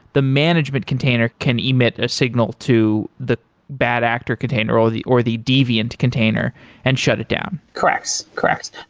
the management container can emit a signal to the bad actor container, or the or the deviant container and shut it down? correct, correct.